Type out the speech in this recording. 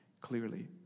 clearly